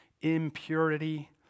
impurity